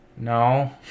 No